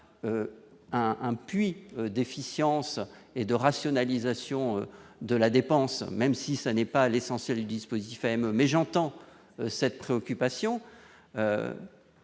un puits d'efficience et de rationalisation de la dépense, même si ça n'est pas l'essentiel : dispositif aime mais j'entends cette préoccupation,